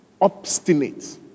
obstinate